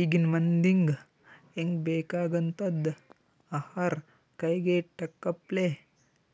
ಈಗಿನ್ ಮಂದಿಗ್ ಹೆಂಗ್ ಬೇಕಾಗಂಥದ್ ಆಹಾರ್ ಕೈಗೆಟಕಪ್ಲೆ